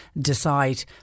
decide